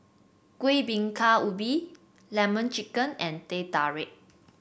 Kueh Bingka Ubi lemon chicken and Teh Tarik